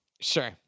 Sure